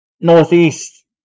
northeast